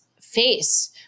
face